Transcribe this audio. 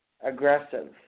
aggressive